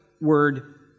word